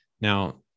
Now